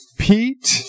Pete